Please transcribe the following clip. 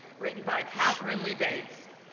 written by katharine lee bates.